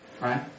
Right